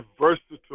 versatile